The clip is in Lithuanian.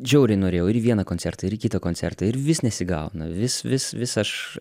žiauriai norėjau ir į vieną koncertą ir į kitą koncertą ir vis nesigauna vis vis vis aš